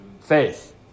Faith